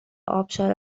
ابشار